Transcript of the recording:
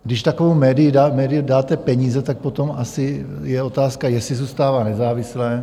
Když takovému médiu dáte peníze, tak potom asi je otázka, jestli zůstává nezávislé.